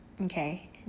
okay